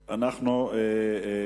ידנית.